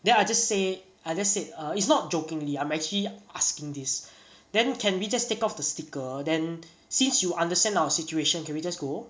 then I just say I just said err it's not jokingly I'm actually asking this then can we just take off the sticker then since you understand our situation can we just go